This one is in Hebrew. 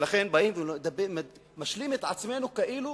ולכן, באים ומשלים את עצמנו כאילו